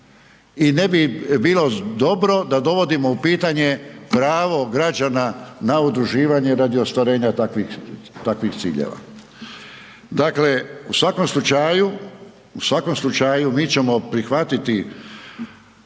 i ne bi bilo dobro da dovodimo u pitanje pravo građana na udruživanje radi ostvarenja takvih ciljeva. Dakle u svakom slučaju mi ćemo prihvatiti